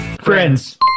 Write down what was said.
Friends